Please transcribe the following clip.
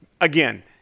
again